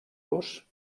los